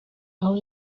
aho